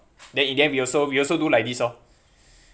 then in the end we also we also do like this lor